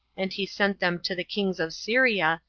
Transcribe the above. and he sent them to the kings of syria,